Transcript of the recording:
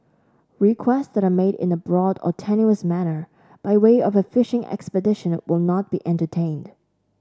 requests that are made in a broad or tenuous manner by way of a fishing expedition will not be entertained